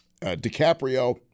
DiCaprio